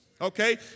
Okay